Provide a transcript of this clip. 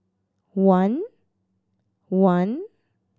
one one